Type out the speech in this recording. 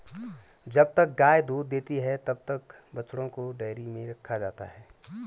जब तक गाय दूध देती है तब तक बछड़ों को डेयरी में रखा जाता है